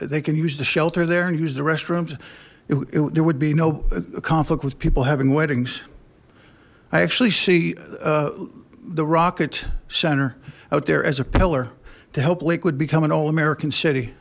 they can use the shelter there and use the restrooms there would be no conflict with people having weddings i actually see the rocket center out there as a pillar to help lakewood become an all american city